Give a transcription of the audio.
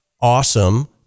awesome